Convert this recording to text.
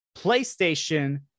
PlayStation